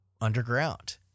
underground